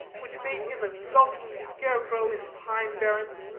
which made him a skulking scare-crow in pine-barrens?